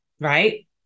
right